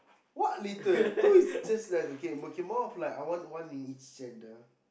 what little two is just nice okay okay more more of like I want one in each gender